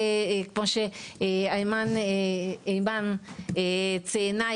כמו שאימאן ציינה,